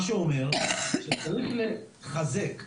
מה שאומר שצריך לחזק,